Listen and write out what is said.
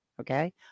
okay